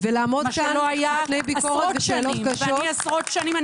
מה שלא היה עשרות שנים.